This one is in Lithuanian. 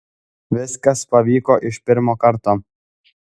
viskas pavyko iš pirmo karto